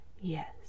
Yes